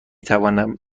توانم